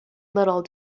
little